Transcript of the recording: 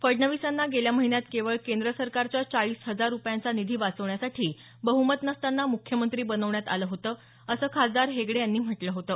फडणवीस यांना गेल्या महिन्यात केवळ केंद्र सरकारचा चाळीस हजार रुपयांचा निधी वाचवण्यासाठी बह्मत नसताना मुख्यमंत्री बनवण्यात आलं होतं असं खासदार हेगडे यांनी म्हटलं होतं